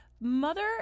Mother